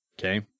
Okay